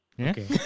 Okay